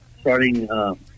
starting